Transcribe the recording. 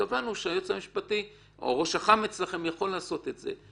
קבענו שהיועץ המשפטי או ראש אח"מ אצלכם יכול לעשות את זה.